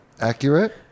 accurate